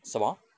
什么